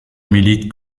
milite